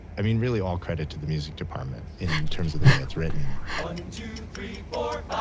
i mean, really, all credit to the music department in terms of the way it's written one two three ah